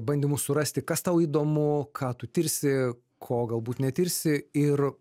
bandymus surasti kas tau įdomu ką tu tirsi ko galbūt netirsi ir